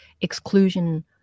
exclusion